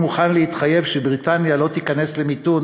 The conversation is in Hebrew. מוכן להתחייב שבריטניה לא תיכנס למיתון,